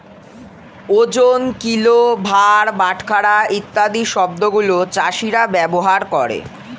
ওজন, কিলো, ভার, বাটখারা ইত্যাদি শব্দ গুলো চাষীরা ব্যবহার করে